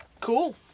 Cool